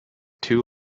two